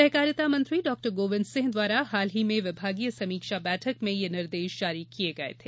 सहकारिता मंत्री डॉ गोविन्द सिंह द्वारा हाल ही में विभागीय समीक्षा बैठक में निर्देश जारी किये गये थे